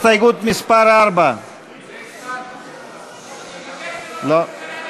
גם הסתייגות 3 לסעיף 1 לא התקבלה.